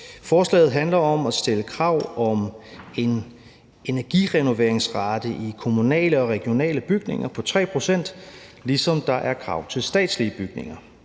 Forslaget handler om at stille krav om en energirenoveringsrate i kommunale og regionale bygninger på 3 pct., ligesom der er krav til statslige bygninger.